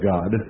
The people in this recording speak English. God